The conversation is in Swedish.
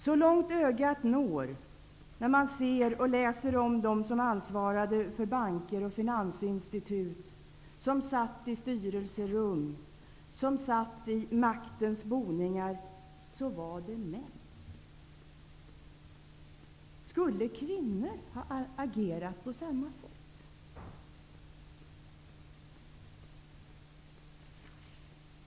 Så långt ögat når, när man ser och läser om dem som ansvarade för banker och finansinstitut, som satt i styrelserum och i maktens boningar, är det män. Skulle kvinnor ha agerat på samma sätt?